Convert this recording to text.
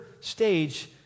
stage